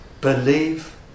Believe